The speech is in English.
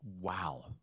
Wow